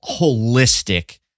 holistic